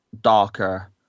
darker